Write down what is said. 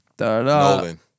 Nolan